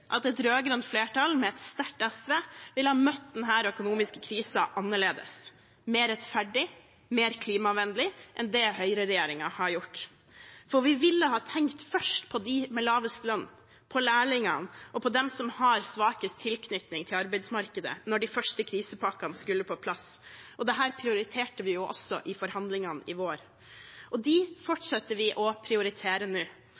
at et rød-grønt flertall med et sterkt SV ville ha møtt denne økonomiske krisen annerledes, mer rettferdig, mer klimavennlig, enn det høyreregjeringen har gjort. For vi ville først ha tenkt på dem med lavest lønn, på lærlingene og på dem som har svakest tilknytning til arbeidsmarkedet, da de første krisepakkene skulle på plass. Dette prioriterte vi også i forhandlingene i vår, og det fortsetter vi å prioritere nå.